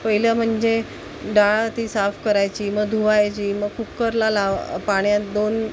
पहिलं म्हणजे डाळ ती साफ करायची मग धुवायची मग कुक्करला लावा पाण्यात दोन